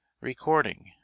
Recording